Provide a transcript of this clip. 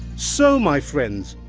so, my friends,